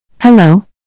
Hello